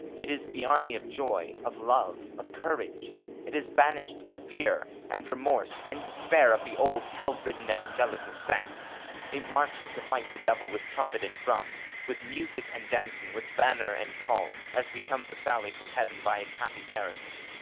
it is the army of joy, of love, of courage it has banished the fear and remorse and despair of the old hellridden evangelical sects it marches to fight the devil with trumpet and drum, with music and dancing, with banner and palm, as becomes a sally from heaven by its happy garrison.